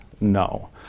no